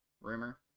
rumor